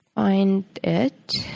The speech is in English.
find it.